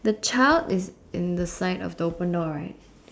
the child is in the side of the open door right